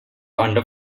under